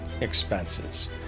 expenses